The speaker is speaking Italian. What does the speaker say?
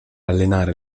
allenare